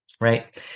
Right